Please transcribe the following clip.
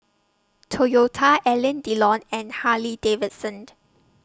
Toyota Alain Delon and Harley Davidson